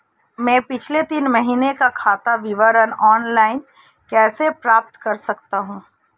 मैं पिछले तीन महीनों का खाता विवरण ऑनलाइन कैसे प्राप्त कर सकता हूं?